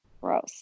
Gross